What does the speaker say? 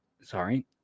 sorry